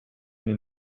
mir